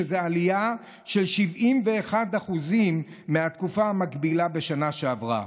שזו עלייה של 71% מהתקופה המקבילה בשנה שעברה.